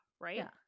Right